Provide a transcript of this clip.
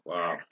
Wow